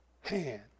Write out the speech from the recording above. hand